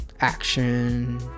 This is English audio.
action